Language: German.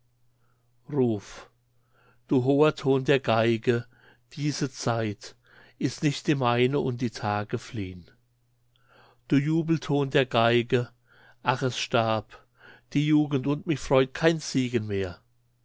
ruf du hoher ton der geige diese zeit ist nicht die meine und die tage fliehn du jubelton der geige ach es starb die jugend und mich freut kein siegen mehr